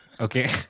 Okay